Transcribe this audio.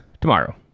tomorrow